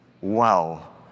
Wow